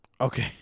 Okay